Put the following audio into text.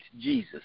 Jesus